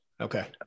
Okay